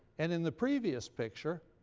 and in the previous picture